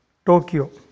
Tokyo